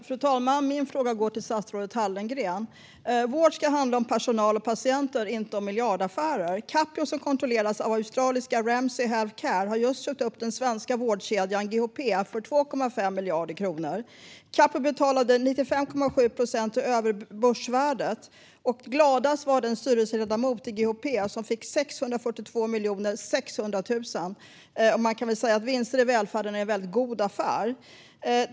Fru talman! Min fråga går till statsrådet Hallengren. Vård ska handla om personal och patienter, inte om miljardaffärer. Capio, som kontrolleras av australiska Ramsay Health Care, har just köpt upp den svenska vårdkedjan GHP för 2,5 miljarder kronor. Capio betalade 95,7 procent över börsvärdet. Gladast var den styrelseledamot i GHP som fick 642,6 miljoner. Man kan väl säga att vinster i välfärden är en väldigt god affär.